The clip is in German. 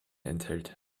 enthält